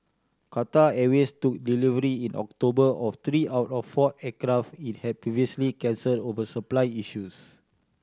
Qatar Airways took delivery in October of three out of four aircraft it had previously cancelled over supply issues